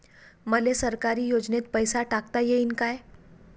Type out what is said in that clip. मले सरकारी योजतेन पैसा टाकता येईन काय?